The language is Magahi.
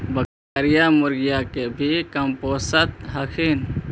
बकरीया, मुर्गीया के भी कमपोसत हखिन?